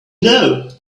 know